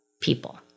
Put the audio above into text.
people